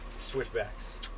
Switchbacks